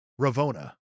Ravona